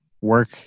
work